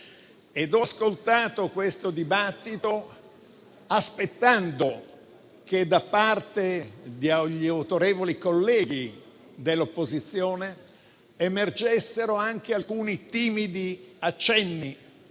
Ho ascoltato questo dibattito, aspettando che da parte degli autorevoli colleghi dell'opposizione emergessero anche alcuni timidi accenni